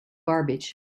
garbage